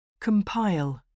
Compile